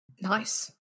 Nice